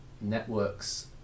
networks